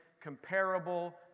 comparable